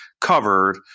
covered